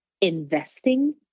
investing